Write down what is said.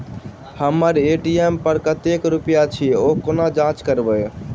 हम्मर ए.टी.एम पर कतेक रुपया अछि, ओ कोना जाँच करबै?